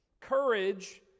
courage